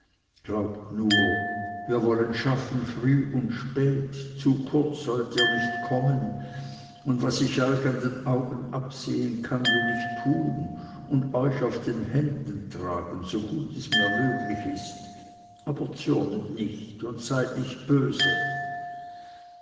glaubt nur wir wollen schaffen früh und spät zu kurz sollt ihr nicht kommen und was ich euch an den augen absehen kann will ich tun und euch auf den händen tragen so gut es mir möglich ist aber zürnet nicht und seid nicht böse